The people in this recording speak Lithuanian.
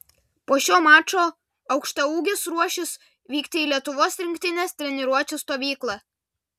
po šio mačo aukštaūgis ruošis vykti į lietuvos rinktinės treniruočių stovyklą